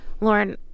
Lauren